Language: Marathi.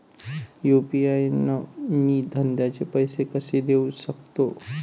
यू.पी.आय न मी धंद्याचे पैसे कसे देऊ सकतो?